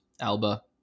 Alba